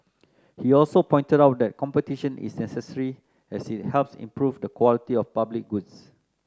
he also pointed out that competition is necessary as it helps improve the quality of public goods